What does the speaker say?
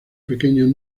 pequeños